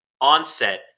onset